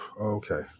Okay